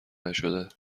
نشده